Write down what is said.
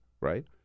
right